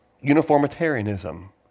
uniformitarianism